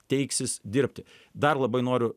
teiksis dirbti dar labai noriu